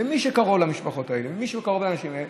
מי שקרוב למשפחות האלה ומי שקרוב לאנשים האלה